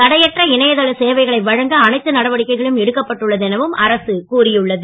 தடையற்ற இணையதள சேவைகளை வழங்க அனைத்து நடவடிக்கைகளும் எடுக்கப்பட்டுள்ளது எனவும் அரசு கூறியுள்ளது